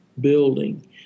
building